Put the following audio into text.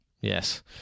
Yes